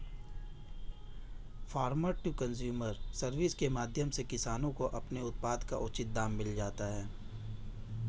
farmer to consumer service के माध्यम से किसानों को अपने उत्पाद का उचित दाम मिल जाता है